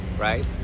right